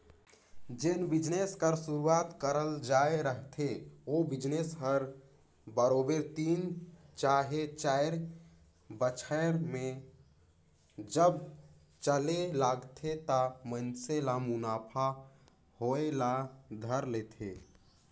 जेन बिजनेस कर सुरूवात करल जाए रहथे ओ बिजनेस हर बरोबेर तीन चहे चाएर बछर में जब चले लगथे त मइनसे ल मुनाफा होए ल धर लेथे